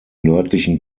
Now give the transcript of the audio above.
nördlichen